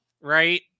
right